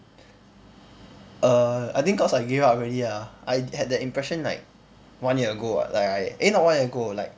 err I think cause I gave up already ah I had that impression like one year ago [what] like I eh not one year ago like